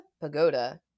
pagoda